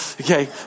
okay